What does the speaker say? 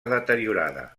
deteriorada